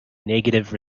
negative